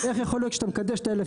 איך יכול להיות שאתה מקדש את ה- 1,000?